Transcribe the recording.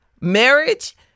marriage